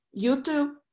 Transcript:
YouTube